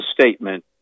statement